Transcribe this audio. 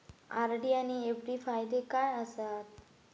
RD आनि FD फायदे काय आसात?